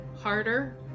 Harder